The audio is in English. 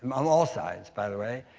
um all sides, by the way.